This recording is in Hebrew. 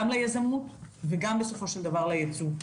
גם ליזמות וגם בסופו של דבר לייצוא.